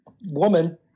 woman